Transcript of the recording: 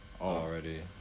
already